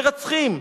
מרצחים,